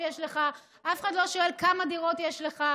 והניטור שלנו, בקרת האיכות שמשרד הבריאות עושה,